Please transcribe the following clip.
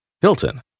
Hilton